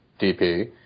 DP